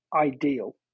ideal